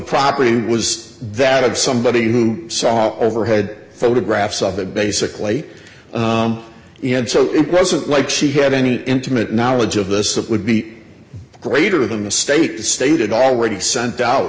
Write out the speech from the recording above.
property was that of somebody who saw overhead photographs of it basically and so it wasn't like she had any intimate knowledge of this of would be greater than the state the state had already sent out